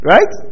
Right